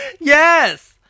yes